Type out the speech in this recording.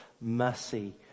mercy